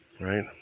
right